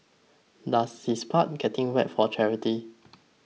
does his part getting wet for charity